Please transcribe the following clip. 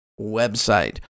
website